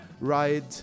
ride